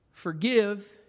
Forgive